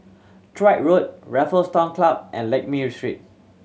Road Raffles Town Club and Lakme Street